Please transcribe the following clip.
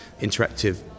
interactive